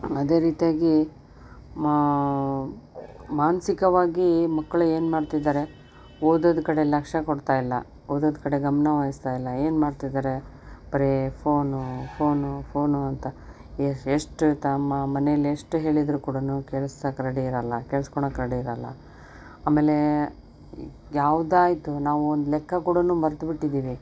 ಅದೇ ರೀತಿಯಾಗಿ ಮಾನಸಿಕವಾಗಿ ಮಕ್ಕಳು ಏನು ಮಾಡ್ತಿದ್ದಾರೆ ಓದೋದ್ರ ಕಡೆ ಲಕ್ಷ್ಯ ಕೊಡ್ತಾಯಿಲ್ಲ ಓದೋದ್ರ ಕಡೆ ಗಮನ ವಹಿಸ್ತಾಯಿಲ್ಲ ಏನು ಮಾಡ್ತಿದ್ದಾರೆ ಬರೇ ಫೋನು ಫೋನು ಫೋನು ಅಂತ ಎಷ್ಟ್ ಎಷ್ಟು ತಮ್ಮ ಮನೆಯಲ್ಲಿ ಎಷ್ಟು ಹೇಳಿದರೂ ಕೂಡನು ಕೇಳಿಸಕ್ಕೆ ರೆಡಿ ಇರಲ್ಲ ಕೇಳಿಸ್ಕೊಳಕ್ ರೆಡಿ ಇರಲ್ಲ ಆಮೇಲೆ ಯಾವುದಾಯಿತು ನಾವು ಒಂದು ಲೆಕ್ಕ ಕೂಡನು ಮರೆತು ಬಿಟ್ಟಿದ್ದೀವಿ